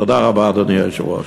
תודה רבה, אדוני היושב-ראש.